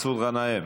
מסעוד גנאים,